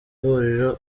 huriro